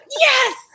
Yes